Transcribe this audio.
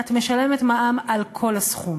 את משלמת מע"מ על כל הסכום.